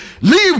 leave